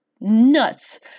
nuts